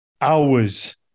hours